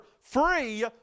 free